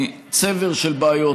היעדר אכיפה מוחלט כתוצאה מצבר של בעיות,